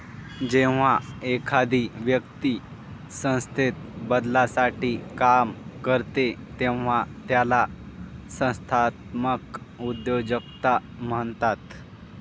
जेव्हा एखादी व्यक्ती संस्थेत बदलासाठी काम करते तेव्हा त्याला संस्थात्मक उद्योजकता म्हणतात